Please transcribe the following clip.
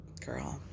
girl